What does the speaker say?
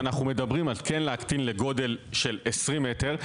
אז אנחנו מדברים להקטין לגודל של 20 מטר,